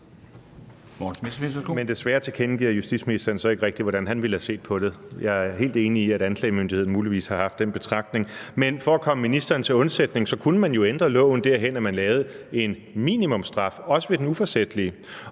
Men desværre tilkendegiver justitsministeren så ikke rigtig, hvordan han ville have set på det. Jeg er helt enig i, at anklagemyndigheden muligvis har haft den betragtning. Men for at komme ministeren til undsætning kunne man jo ændre loven derhen, at man lavede en minimumsstraf, også ved det uforsætlige,